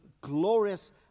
glorious